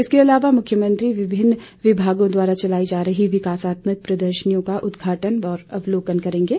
इसके अलावा मुख्यमंत्री विभिन्न विभागों द्वारा लगाई गई विकासात्मक प्रदर्शनियों का उद्घाटन और अवलोकन भी करेंगे